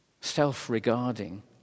self-regarding